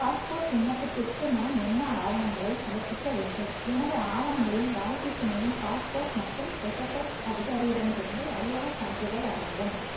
passport விண்ணப்பத்திற்கு நான் என்ன ஆவணங்களை சமர்ப்பிக்க வேண்டும் எனது ஆவணங்களில் வாழ்க்கைத் துணையின் பாஸ்போர்ட் மற்றும் கெசட்டட் அதிகாரியிடமிருந்து அடையாளச் சான்றிதழ் அடங்கும்